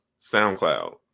SoundCloud